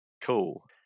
cool